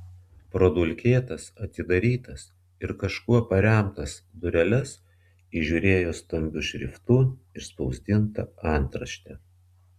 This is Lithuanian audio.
pro dulkėtas atidarytas ir kažkuo paremtas dureles įžiūrėjo stambiu šriftu išspausdintą antraštę